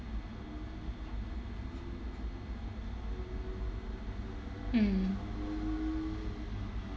mm